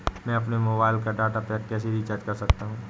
मैं अपने मोबाइल का डाटा पैक कैसे रीचार्ज कर सकता हूँ?